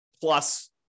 plus